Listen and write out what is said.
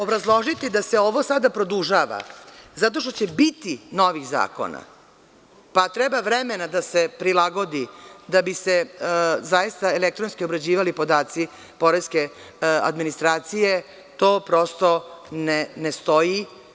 Obrazložiti da se ovo sada produžava zato što će biti novih zakona, pa treba vremena da se prilagodi da bi se zaista elektronski obrađivali podaci poreske administracije, to prosto ne stoji.